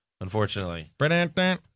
unfortunately